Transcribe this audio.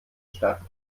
stadt